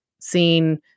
seen